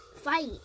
fight